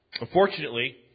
Unfortunately